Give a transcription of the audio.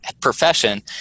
profession